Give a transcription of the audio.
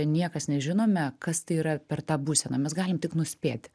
niekas nežinome kas tai yra per ta būsena mes galim tik nuspėti